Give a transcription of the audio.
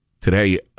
today